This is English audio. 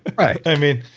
right i mean,